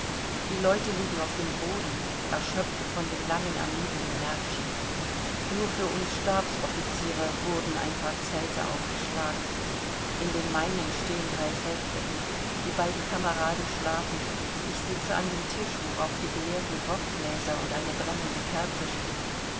die leute liegen auf dem boden erschöpft von den langen ermüdenden märschen nur für uns stabsoffiziere wurden ein paar zelte aufgeschlagen in dem meinen stehen drei feldbetten die beiden kameraden schlafen ich sitze an dem tisch worauf die geleerten groggläser und eine brennende kerze stehen